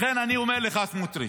לכן אני אומר לך, סמוטריץ',